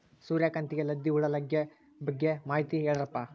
ಸೂರ್ಯಕಾಂತಿಗೆ ಲದ್ದಿ ಹುಳ ಲಗ್ಗೆ ಬಗ್ಗೆ ಮಾಹಿತಿ ಹೇಳರಪ್ಪ?